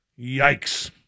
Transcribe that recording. Yikes